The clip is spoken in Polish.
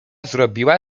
zrobiła